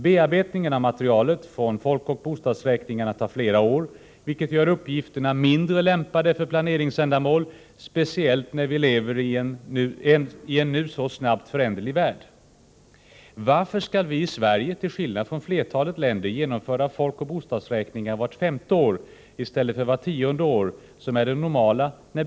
Bearbetningen av materialet från folkoch bostadsräkningarna tar flera år, vilket gör uppgifterna mindre lämpade för planeringsändamål, speciellt när vi lever i en så snabbt föränderlig värld. Varför skall vi i Sverige, till skillnad från flertalet länder, genomföra folkoch bostadsräkningar vart femte år i stället för vart tionde, som är det normala?